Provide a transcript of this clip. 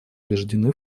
убеждены